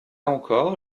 encore